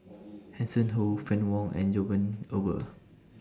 Hanson Ho Fann Wong and John Eber